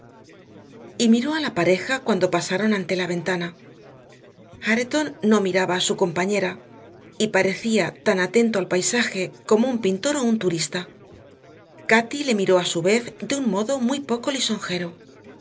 miró a la pareja cuando pasaron ante la ventana hareton no miraba a su compañera y parecía tan atento al paisaje como un pintor o un turista cati le miró a su vez de un modo muy poco lisonjero